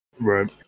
Right